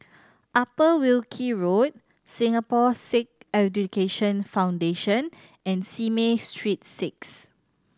Upper Wilkie Road Singapore Sikh Education Foundation and Simei Street Six